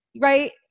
right